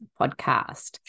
podcast